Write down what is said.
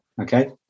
okay